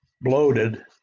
bloated